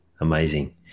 Amazing